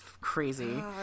crazy